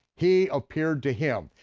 he appeared to him.